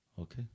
Okay